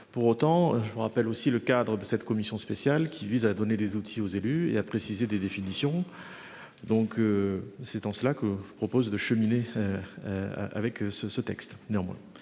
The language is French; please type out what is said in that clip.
Pour autant, je me rappelle aussi le cadre de cette commission spéciale qui vise à donner des outils aux élus et à préciser des définitions. Donc. C'est en cela que proposent de cheminer. Avec ce ce texte